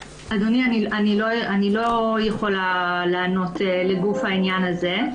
אדוני, אני לא יכולה לענות לגוף העניין הזה.